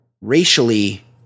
racially